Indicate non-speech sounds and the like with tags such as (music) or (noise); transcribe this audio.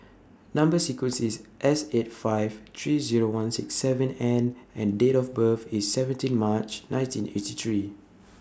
Number sequence IS S eight five three Zero one six seven N and Date of birth IS seventeen (noise) March nineteen eighty three